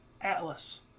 atlas